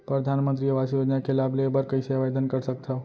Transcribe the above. परधानमंतरी आवास योजना के लाभ ले बर कइसे आवेदन कर सकथव?